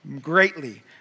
greatly